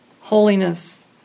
holiness